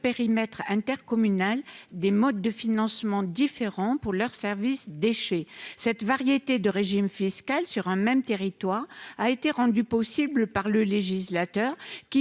périmètre intercommunal, des modes de financement différents pour leur service des déchets. Cette variété de régimes fiscaux sur un même territoire a été rendue possible par le législateur qui,